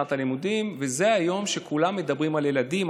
שנת הלימודים וזה היום שכולם מדברים על ילדים,